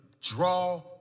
draw